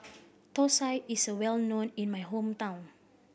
thosai is well known in my hometown